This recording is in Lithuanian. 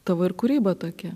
tavo ir kūryba tokia